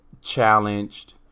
challenged